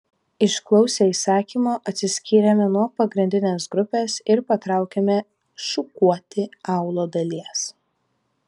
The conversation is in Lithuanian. išklausę įsakymo atsiskyrėme nuo pagrindinės grupės ir patraukėme šukuoti aūlo dalies